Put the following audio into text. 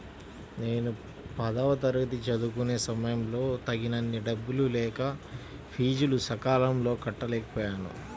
నేను పదవ తరగతి చదువుకునే సమయంలో తగినన్ని డబ్బులు లేక ఫీజులు సకాలంలో కట్టలేకపోయాను